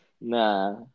nah